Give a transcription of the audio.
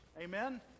Amen